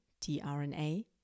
tRNA